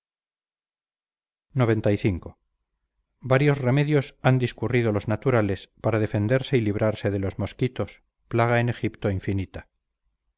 molesto xcv varios remedios han discurrido los naturales para defenderse y librarse de los mosquitos plaga en egipto infinita